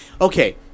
Okay